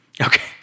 Okay